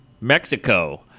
Mexico